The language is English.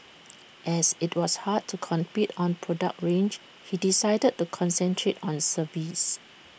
as IT was hard to compete on product range he decided to concentrate on service